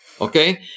okay